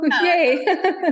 Yay